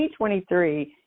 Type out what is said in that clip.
2023